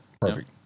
Perfect